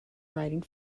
writing